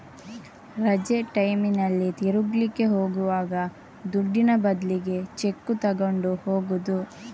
ರಜೆ ಟೈಮಿನಲ್ಲಿ ತಿರುಗ್ಲಿಕ್ಕೆ ಹೋಗುವಾಗ ದುಡ್ಡಿನ ಬದ್ಲಿಗೆ ಚೆಕ್ಕು ತಗೊಂಡು ಹೋಗುದು